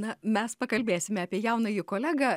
na mes pakalbėsime apie jaunąjį kolegą